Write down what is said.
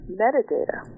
metadata